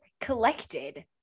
collected